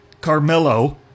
Carmelo